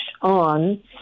on